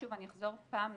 שוב, אני אחזור פעם נוספת,